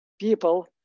people